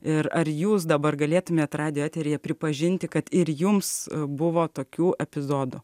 ir ar jūs dabar galėtumėt radijo eteryje pripažinti kad ir jums buvo tokių epizodų